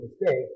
mistake